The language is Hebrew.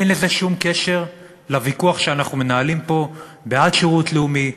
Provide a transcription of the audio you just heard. אין לזה שום קשר לוויכוח שאנחנו מנהלים פה בעד שירות לאומי,